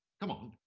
come on,